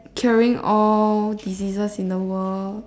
curing all diseases in the world